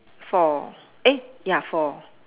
four eh ya four